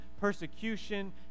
persecution